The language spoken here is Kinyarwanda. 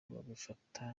babifata